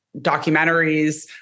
documentaries